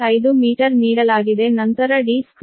5 metre ನೀಡಲಾಗಿದೆ ನಂತರ d2428